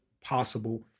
possible